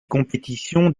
compétitions